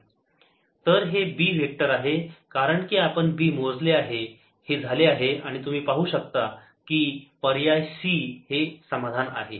Btotal 02πRC Q0e tRCs 02πRCQ0e tRC sa2 Btotal 0Q0e tRC2πRC 1s sa2 तर हे B vector आहे कारण की आपण B मोजले आहे हे झाले आहे आणि तुम्ही पाहू शकता की पर्याय C हे समाधान आहे